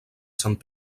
sant